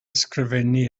ysgrifennu